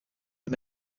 him